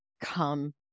come